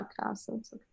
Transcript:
podcast